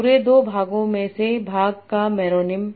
पूरे दो भागों में से भाग का मेरोनेम